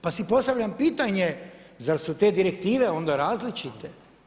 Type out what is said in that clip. Pa si postavljam pitanje zar su te direktive onda različite?